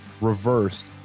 reversed